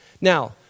Now